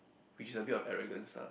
which is a bit of arrogance ah